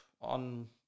on